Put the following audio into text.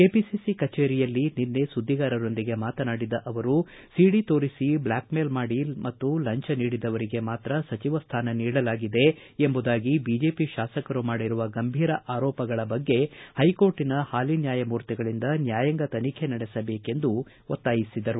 KPCC ಕಚೇರಿಯಲ್ಲಿ ನಿನ್ನೆ ಸುದ್ದಿಗಾರರೊಂದಿಗೆ ಮಾತನಾಡಿದ ಅವರು ಸಿಡಿ ತೋರಿಸಿ ಬ್ಲಾಕ್ ಮೇಲ್ ಮಾಡಿ ಮತ್ತು ಲಂಚ ನೀಡಿದವರಿಗೆ ಮಾತ್ರ ಸಚಿವ ಸ್ವಾನ ನೀಡಲಾಗಿದೆ ಎಂಬುದಾಗಿ ಬಿಜೆಪಿ ಶಾಸಕರು ಮಾಡಿರುವ ಗಂಭೀರ ಆರೋಪಗಳ ಬಗ್ಗೆ ಹೈಕೋರ್ಟಿನ ಹಾಲಿ ನ್ಯಾಯಮೂರ್ತಿಗಳಿಂದ ನ್ಯಾಯಾಂಗ ತನಿಖೆ ನಡೆಸಬೇಕೆಂದು ಒತ್ತಾಯಿಸಿದರು